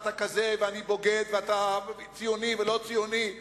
אתה כזה ואני בוגד ואתה ציוני ולא ציוני,